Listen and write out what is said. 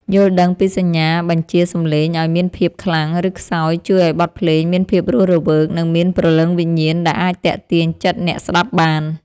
យល់ដឹងពីសញ្ញាបញ្ជាសម្លេងឱ្យមានភាពខ្លាំង ឬខ្សោយជួយឱ្យបទភ្លេងមានភាពរស់រវើក និងមានព្រលឹងវិញ្ញាណដែលអាចទាក់ទាញចិត្តអ្នកស្ដាប់បាន។